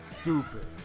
stupid